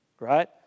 right